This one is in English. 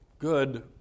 good